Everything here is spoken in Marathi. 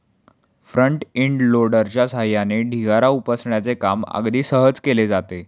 फ्रंट इंड लोडरच्या सहाय्याने ढिगारा उपसण्याचे काम अगदी सहज केले जाते